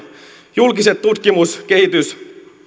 julkiset tutkimus kehitys